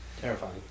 terrifying